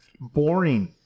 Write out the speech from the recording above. boring